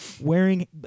wearing